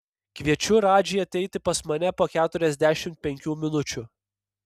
kviečiu radžį ateiti pas mane po keturiasdešimt penkių minučių